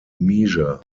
measure